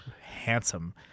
handsome